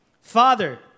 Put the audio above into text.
Father